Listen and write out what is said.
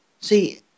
See